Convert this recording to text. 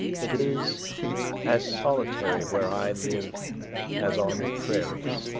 it is as solitary where i live as on the prairies.